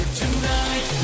tonight